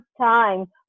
time